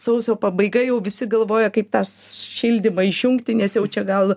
sausio pabaiga jau visi galvoja kaip tas šildymą išjungti nes jau čia gal